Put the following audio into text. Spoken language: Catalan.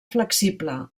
flexible